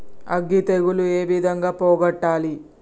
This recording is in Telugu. అగ్గి తెగులు ఏ విధంగా పోగొట్టాలి?